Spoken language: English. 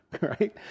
right